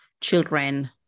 children